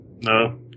No